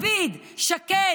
לפיד, שקד,